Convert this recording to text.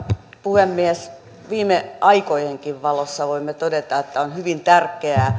puhemies viime aikojenkin valossa voimme todeta että on hyvin tärkeää